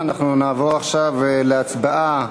אנחנו נעבור עכשיו להצבעה